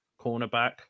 cornerback